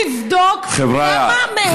תבדוק כמה מהם,